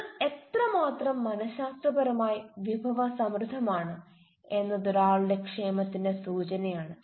നിങ്ങൾ എത്രമാത്രം മന ശാസ്ത്രപരമായി വിഭവസമൃദ്ധമാണ് എന്നത് ഒരാളുടെ ക്ഷേമത്തിന്റെ സൂചനയാണ്